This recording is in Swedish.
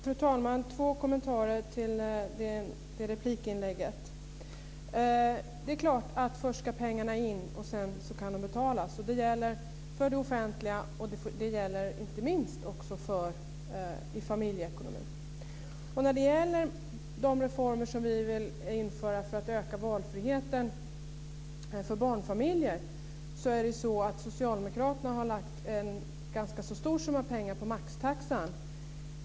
Fru talman! Två kommentarer till detta replikinlägg. Det är klart att pengarna ska komma in innan de kan betalas ut. Det gäller både för det offentliga och, inte minst, i familjeekonomin. Vad gäller de reformer som vi vill införa för att öka valfriheten för barnfamiljer har socialdemokraterna lagt en ganska stor summa pengar på maxtaxan.